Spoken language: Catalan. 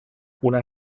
una